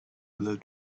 blue